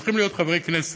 הם צריכים להיות חברי כנסת,